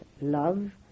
love